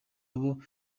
abo